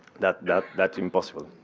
that's that's impossible.